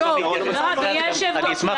אדוני היושב-ראש,